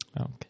Okay